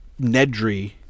Nedry